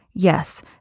Yes